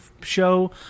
Show